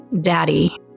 daddy